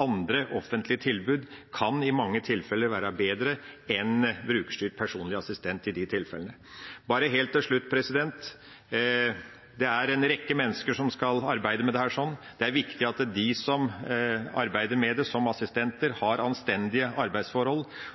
andre offentlige tilbud i mange tilfeller kan være bedre enn brukerstyrt personlig assistent. Bare helt til slutt: Det er en rekke mennesker som skal arbeide med dette. Det er viktig at de som arbeider som assistenter, har anstendige arbeidsforhold,